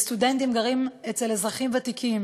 שבו סטודנטים גרים אצל אזרחים ותיקים,